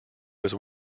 was